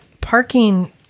Parking